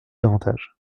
d’avantages